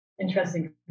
Interesting